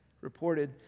reported